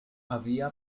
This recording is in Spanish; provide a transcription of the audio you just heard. había